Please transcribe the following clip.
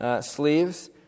sleeves